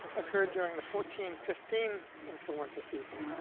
occurred during the fourteen fifteen influenza season.